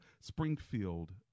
springfield